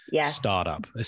startup